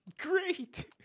Great